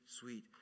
sweet